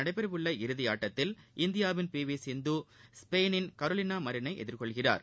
நடைபெறவுள்ள இறுதி ஆட்டத்தில் இந்தியாவின் பி வி சிந்து ஸ்பெயினின் கரோலினா மரினை எதிர்கொள்கிறார்